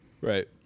Right